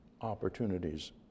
opportunities